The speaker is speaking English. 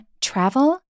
travel